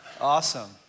Awesome